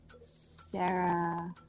Sarah